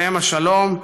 עליהם השלום,